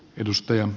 kiitos